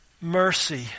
mercy